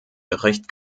bericht